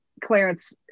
clarence